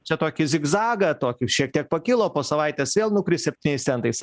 čia tokį zigzagą tokius šiek tiek pakilo po savaitės vėl nukris septyniais centais